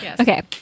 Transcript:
Okay